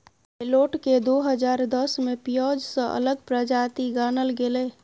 सैलोट केँ दु हजार दस मे पिओज सँ अलग प्रजाति गानल गेलै